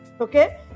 Okay